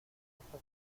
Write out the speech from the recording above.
esta